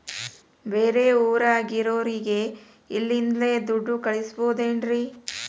ಬೇರೆ ಊರಾಗಿರೋರಿಗೆ ಇಲ್ಲಿಂದಲೇ ದುಡ್ಡು ಕಳಿಸ್ಬೋದೇನ್ರಿ?